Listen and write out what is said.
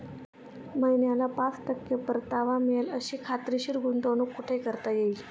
महिन्याला पाच टक्के परतावा मिळेल अशी खात्रीशीर गुंतवणूक कुठे करता येईल?